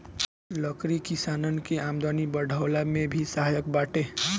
लकड़ी किसानन के आमदनी बढ़वला में भी सहायक बाटे